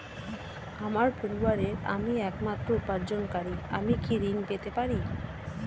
আমার পরিবারের আমি একমাত্র উপার্জনকারী আমি কি ঋণ পেতে পারি?